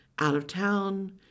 out-of-town